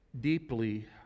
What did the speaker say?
deeply